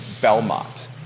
Belmont